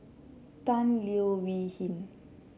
Tan Leo Wee Hin